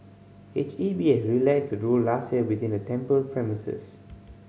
H E B has relaxed the rule last year within the temple premises